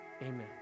amen